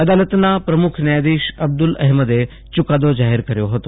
અદાલતના પ્રમુખ ન્યાયધીશ અબ્દુલ અહેમદે ચુકાદો જાહેર કર્યો હતો